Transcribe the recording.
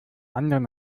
anderen